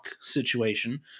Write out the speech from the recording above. situation